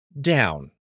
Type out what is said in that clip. Down